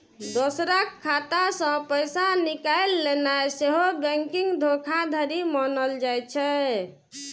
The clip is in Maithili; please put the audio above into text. दोसरक खाता सं पैसा निकालि लेनाय सेहो बैंकिंग धोखाधड़ी मानल जाइ छै